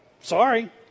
Sorry